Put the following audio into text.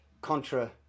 contra